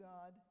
God